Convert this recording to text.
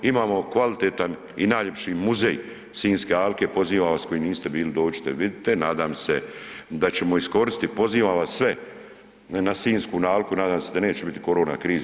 Imamo kvalitetan i najljepši muzej Sinjske alke, pozivam vas koji niste bili dođite, vidite, nadam se da ćemo iskoristit, pozivam vas sve na Sinjsku alku, nadam se da neće biti korona krize.